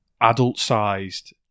adult-sized